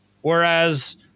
Whereas